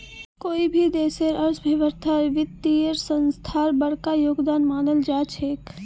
कोई भी देशेर अर्थव्यवस्थात वित्तीय संस्थार बडका योगदान मानाल जा छेक